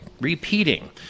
repeating